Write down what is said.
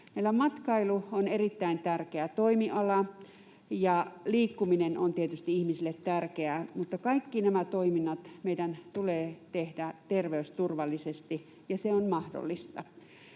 matkailu on erittäin tärkeä toimiala, ja liikkuminen on tietysti ihmisille tärkeää, mutta kaikki nämä toiminnot meidän tulee tehdä terveysturvallisesti, ja se on mahdollista.